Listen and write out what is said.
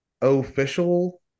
Official